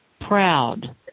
proud